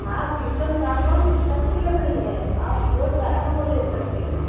हाँ शीशम सागवान सब की लकड़ी है आप जो चाहें वह ले सकते हैं